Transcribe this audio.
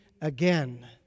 again